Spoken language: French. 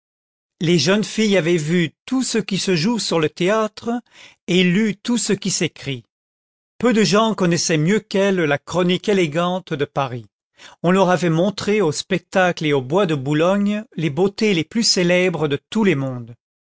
les jeunes filles avaient vu tout ce qui se joue sur le théâtre et lu tout ce qui s'é crit peu de gens connaissaient mieux qu'elles la chronique élégante de paris on leur avait montré au spectacle et au bois de boulogne les beautés les plus célèbres de tous les mondes